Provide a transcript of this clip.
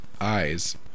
eyes